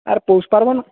আর পৌষ পার্বণ